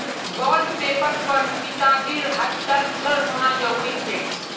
bond पेपरेर पर पिताजीर हस्ताक्षर होना जरूरी छेक